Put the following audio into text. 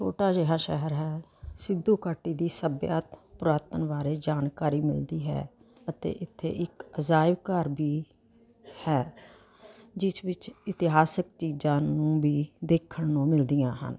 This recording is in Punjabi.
ਛੋਟਾ ਜਿਹਾ ਸ਼ਹਿਰ ਹੈ ਸਿੱਧੂ ਘਾਟੀ ਦੀ ਸੱਭਿਅਤਾ ਪੁਰਾਤਨ ਬਾਰੇ ਜਾਣਕਾਰੀ ਮਿਲਦੀ ਹੈ ਅਤੇ ਇੱਥੇ ਇੱਕ ਅਜਾਇਬ ਘਰ ਵੀ ਹੈ ਜਿਸ ਵਿੱਚ ਇਤਿਹਾਸਿਕ ਚੀਜ਼ਾਂ ਨੂੰ ਵੀ ਦੇਖਣ ਨੂੰ ਮਿਲਦੀਆਂ ਹਨ